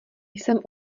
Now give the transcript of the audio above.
jsem